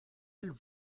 elles